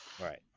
right